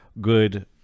good